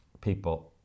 people